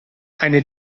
eine